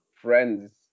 friends